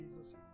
Jesus